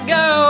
go